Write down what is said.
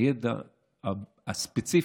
הידע הספציפי,